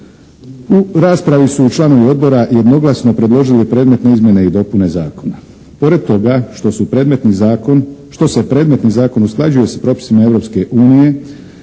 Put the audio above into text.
U raspravi su članovi odbora jednoglasno predložili predmetne izmjene i dopune zakona. Pored toga što su predmetni zakon, što se predmetni